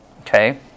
Okay